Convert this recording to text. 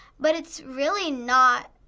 but it's really not